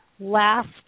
last